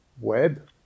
web